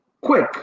quick